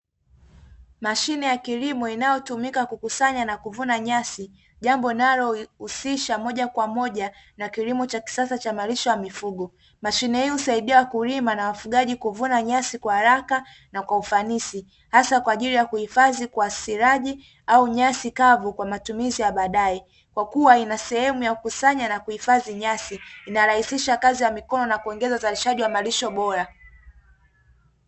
Mashine ya kilimo inayotumika kukusanya na kuvuna nyasi, jambo linalohusisha moja kwa moja na kilimo cha kisasa cha malisho ya mifugo. Mashine hii husaidia wakulima na wafugaji kuvuna nyasi kwa haraka na kwa ufanisi, hasa kwa ajili ya kuhifadhi kwa siraji au nyasi kavu kwa matumizi ya baadaye. Kwa kuwa ina sehemu ya kukusanya na kuhifadhi nyasi inarahisisha kazi ya mikono na kuongeza uzalishaji wa malisho bora.